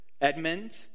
Edmund